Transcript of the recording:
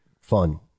fun